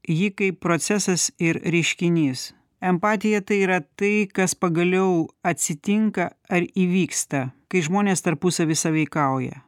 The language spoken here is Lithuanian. ji kaip procesas ir reiškinys empatija tai yra tai kas pagaliau atsitinka ar įvyksta kai žmonės tarpusavy sąveikauja